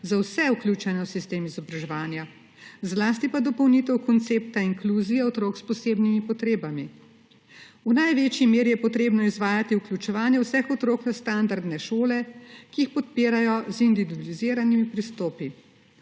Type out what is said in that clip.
za vse vključene v sistem izobraževanja, zlasti pa dopolnitev koncepta inkluzije otrok s posebnimi potrebami. V največji meri je treba izvajati vključevanje vseh otrok v standardne šole, ki jih podpirajo z individualiziranimi pristopi.